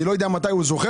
אני לא יודע מתי הוא זוכר.